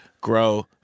grow